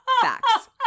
facts